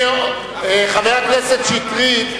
חבר הכנסת שטרית,